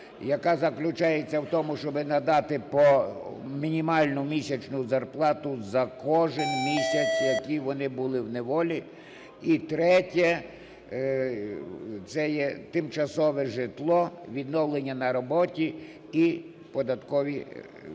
яка заключається в тому, щоб надати мінімальну місячну зарплату за кожен місяць, якій вони були в неволі і третє – це є тимчасове житло, відновлення на роботі і податкові…